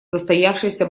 застоявшееся